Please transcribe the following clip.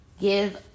give